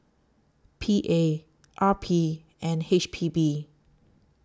P A R P and H P B